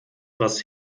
was